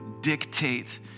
dictate